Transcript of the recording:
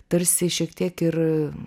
tarsi šiek tiek ir